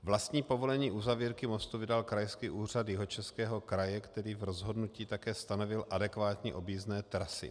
Vlastní povolení uzavírky mostu vydal Krajský úřad Jihočeského kraje, který v rozhodnutí také stanovil adekvátní objízdné trasy.